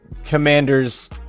commander's